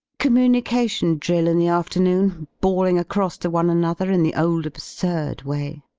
communication drill in the afternoon, bawling across to one another in the old absurd way.